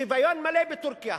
שוויון מלא בטורקיה.